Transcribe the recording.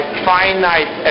finite